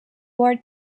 wore